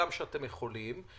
הגם שאתם יכולים,